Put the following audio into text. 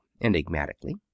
enigmatically